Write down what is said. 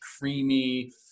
creamy